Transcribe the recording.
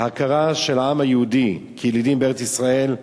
ההכרה של העם היהודי כילידים בארץ-ישראל,